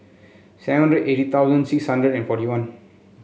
seven hundred eighty thousand six hundred and forty one